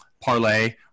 parlay